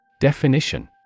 Definition